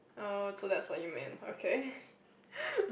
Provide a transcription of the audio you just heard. oh so that is what you meant okay